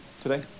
today